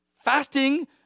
Fasting